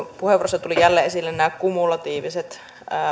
puheenvuorossa tulivat jälleen esille nämä kumulatiiviset